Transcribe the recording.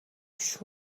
биш